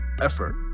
effort